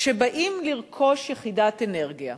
כשבאים לרכוש יחידת אנרגיה